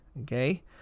Okay